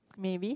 maybe